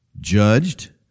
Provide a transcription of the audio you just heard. judged